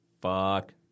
fuck